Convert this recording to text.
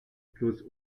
plus